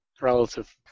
relative